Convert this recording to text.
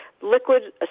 liquid